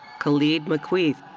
khalid muqueeth.